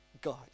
God